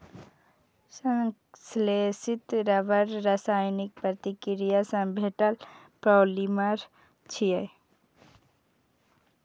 संश्लेषित रबड़ रासायनिक प्रतिक्रिया सं भेटल पॉलिमर छियै